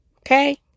Okay